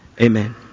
Amen